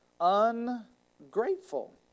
Ungrateful